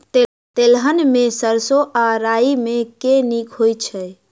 तेलहन मे सैरसो आ राई मे केँ नीक होइ छै?